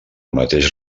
mateix